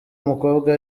umukobwa